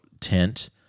tint